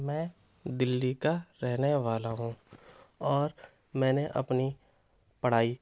میں دلّی کا رہنے والا ہوں اور میں نے اپنی پڑھائی